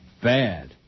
Bad